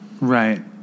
Right